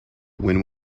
when